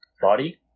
Body